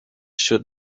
should